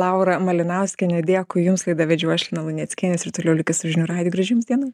laura malinauskienė dėkui jums laidą vedžiau aš lina luneckienė ir toliau likit su žinių radiju ir gražių jums dienų